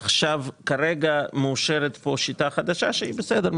עכשיו כרגע מאושרת פה שיטה חדשה שהיא בסדר,